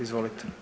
Izvolite.